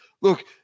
look